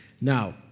Now